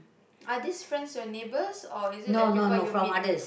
are this friends your neighbors or is it people you meet